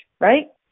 Right